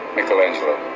Michelangelo